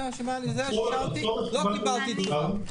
זה מה ששאלתי, לא קיבלתי תשובה.